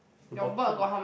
the bottom